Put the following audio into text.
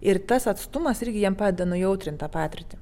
ir tas atstumas irgi jiem padeda nujautrinti tą patirtį